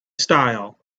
style